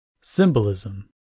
Symbolism